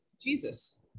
Jesus